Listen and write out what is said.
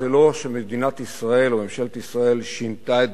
זה לא שמדינת ישראל או ממשלת ישראל שינתה את